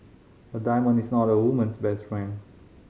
a diamond is not a woman's best friend